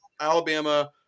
alabama